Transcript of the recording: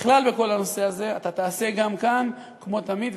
בכלל בכל הנושא הזה, אתה תעשה גם כאן, כמו תמיד.